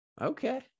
okay